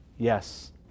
Yes